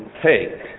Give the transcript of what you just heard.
take